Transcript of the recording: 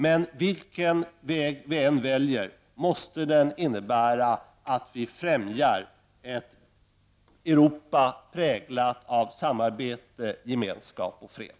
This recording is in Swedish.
Men vilken väg vi i Sverige än väljer måste den innebära att vi främjar ett Europa präglat av samarbete, gemenskap och fred.